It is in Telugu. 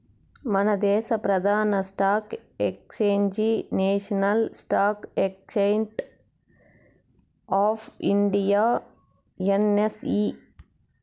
మనదేశ ప్రదాన stock exchange national stock exchange of India NSE